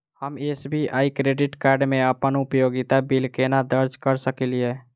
हम SBI credit card मे अप्पन उपयोगिता बिल केना दर्ज करऽ सकलिये?